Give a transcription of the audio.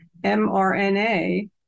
mRNA